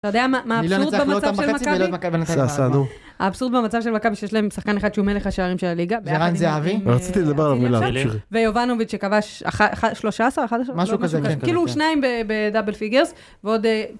אתה יודע מה האבסורד במצב של מכבי? האבסורד במצב של מכבי שיש להם שחקן אחד שהוא מלך השערים של הליגה? זה ערן זהבי? רציתי לדבר עליו מילה להמשיך ויובנוביץ' שכבש 13-11 משהו כזה כאילו הוא שניים בדאבל פיגרס ועוד...